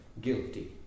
guilty